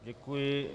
Děkuji.